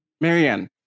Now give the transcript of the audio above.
Marianne